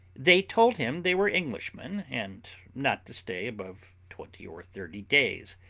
they told him they were englishmen, and not to stay above twenty or thirty days,